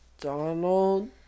Donald